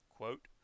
Quote